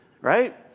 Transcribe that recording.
right